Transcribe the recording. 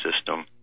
system